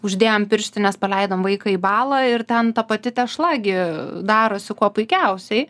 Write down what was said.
uždėjom pirštines paleidom vaiką į balą ir ten ta pati tešla gi darosi kuo puikiausiai